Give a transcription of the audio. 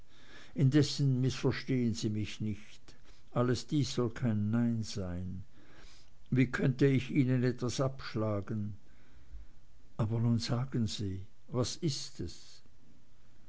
indessen mißverstehen sie mich nicht alles dies soll kein nein sein wie könnte ich ihnen etwas abschlagen aber nun sagen sie was ist es